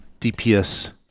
DPS